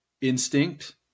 instinct